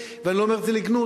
ואני לא אומר את זה לגנות.